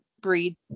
breed